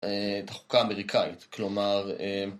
את החוקה האמריקאית, כלומר